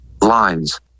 lines